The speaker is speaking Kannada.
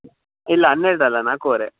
ಇಲ್ಲ ಹನ್ನೆರಡು ಅಲ್ಲ ನಾಲ್ಕೂವರೆ